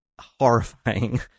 Horrifying